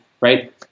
right